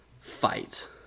fight